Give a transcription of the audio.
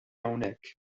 hawnhekk